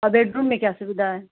और बेडरूम में क्या सुविधा है